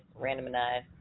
randomized